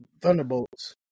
Thunderbolts